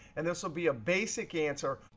and this will be a basic answer.